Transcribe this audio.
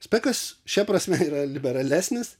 spekas šia prasme yra liberalesnis